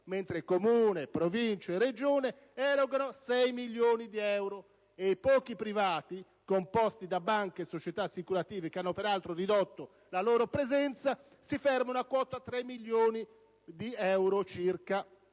mentre il Comune, la Provincia e la Regione erogano 6 milioni di euro e i pochi privati (da banche e società assicurative, che hanno peraltro ridotto la loro presenza) si fermano a quota 3 milioni di euro circa.